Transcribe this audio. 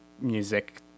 music